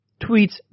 tweets